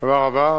תודה רבה.